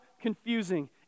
confusing